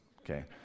Okay